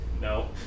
No